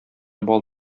бал